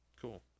Cool